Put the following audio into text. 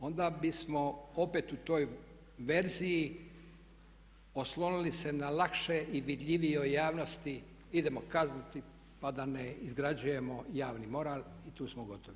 Onda bismo opet u toj verziji oslonili s na lakše i vidljivije u javnosti idemo kazniti pa da ne izgrađujemo javni moral i tu smo gotovi.